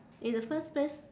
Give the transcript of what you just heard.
in the first place